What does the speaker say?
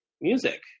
music